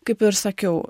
kaip ir sakiau